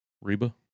Reba